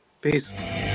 Peace